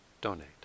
donate